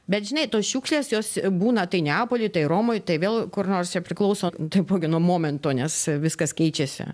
bet žinai tos šiukšlės jos būna tai neapoly tai romoj tai vėl kur nors čia priklauso taipogi nuo momento nes viskas keičiasi